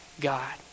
God